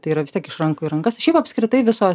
tai yra vis tiek iš rankų į rankas šiaip apskritai visos